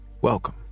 Welcome